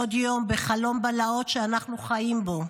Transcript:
עוד יום בחלום בלהות שאנחנו חיים בו.